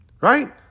right